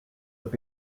have